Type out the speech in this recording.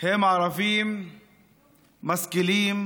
הם ערבים משכילים,